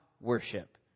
worship